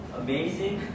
amazing